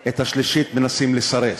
מנסים לסרס.